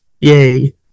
yay